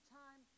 time